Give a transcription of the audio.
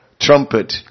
trumpet